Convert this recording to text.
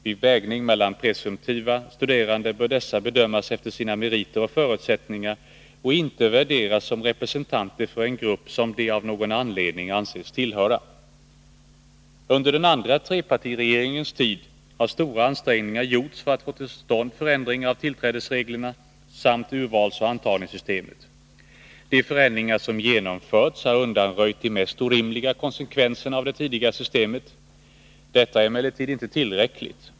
Vid vägning mellan presumtiva studerande bör dessa bedömas efter sina meriter och förutsättningar och inte värderas som representanter för en grupp som de av någon anledning anses tillhöra. Under den andra trepartiregeringens tid har stora ansträngningar gjorts för att få till stånd förändringar av tillträdesreglerna samt urvalsoch antagningssystemet. De förändringar som genomförts har undanröjt de mest orimliga konsekvenserna av det tidigare systemet. Detta är emellertid inte tillräckligt.